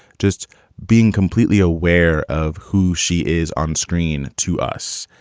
just being completely aware of who she is onscreen to us.